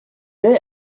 est